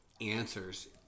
answers